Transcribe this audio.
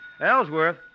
Ellsworth